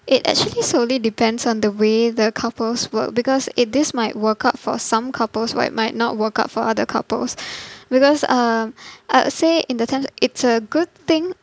it actually solely depends on the way the couples work because it this might work out for some couples but it might not work out for other couples because um I would say in the sense that it's a good thing